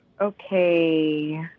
okay